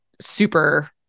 super